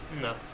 No